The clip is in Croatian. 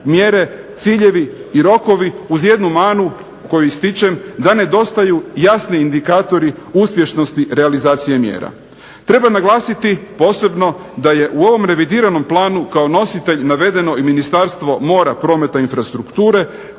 mjere, ciljevi i rokovi uz jednu manu koju ističem da nedostaju jasni indikatori uspješnosti realizacije mjera. Treba naglasiti posebno da je u ovom revidiranom planu kao nositelj navedeno i Ministarstvo mora, prometa i infrastrukture